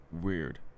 weird